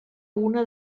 una